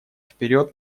вперед